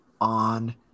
on